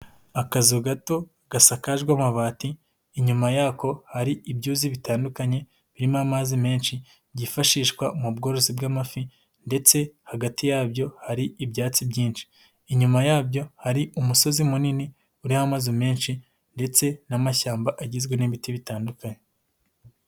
Akazu gato gasakajwe amabati, inyuma yako hari ibyuzi bitandukanye birimo amazi menshi, byifashishwa mu bworozi bw'amafi ndetse hagati yabyo hari ibyatsi byinshi. Inyuma yabyo, hari imisozi myinshi igizwe n'amashyamba menshi ndetse agizwe n'ibiti bitandukanye.